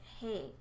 hey